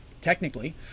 technically